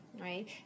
right